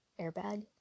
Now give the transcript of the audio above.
airbag